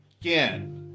again